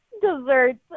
desserts